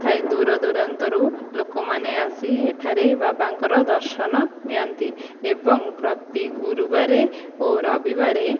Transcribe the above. ଥାଏ ଦୂର ଦୂରାନ୍ତରୁ ଲୋକମାନେ ଆସି ଏଠାରେ ବାବାଙ୍କର ଦର୍ଶନ ନିଅନ୍ତି ଏବଂ ପ୍ରତି ଗୁରୁବାରେ ଓ ରବିବାରେ